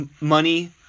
money